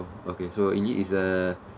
okay so elite is a